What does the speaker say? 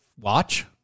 watch